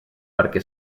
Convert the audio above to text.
perquè